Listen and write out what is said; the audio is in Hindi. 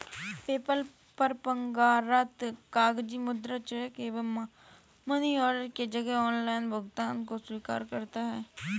पेपल परंपरागत कागजी मुद्रा, चेक एवं मनी ऑर्डर के जगह पर ऑनलाइन भुगतान को स्वीकार करता है